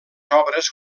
obres